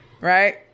right